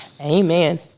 Amen